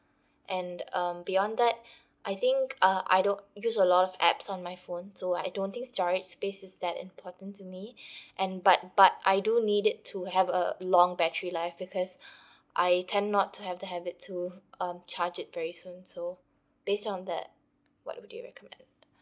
and um beyond that I think uh I don't use a lot of apps on my phone so I don't think storage space is that important to me and but but I do need it to have a long battery life because I tend not to have the habit to um charge it very soon so based on that what would you recommend